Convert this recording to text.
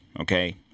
okay